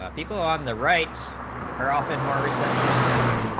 ah people on the rights are often more receptive you know